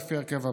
לפי ההרכב הבא: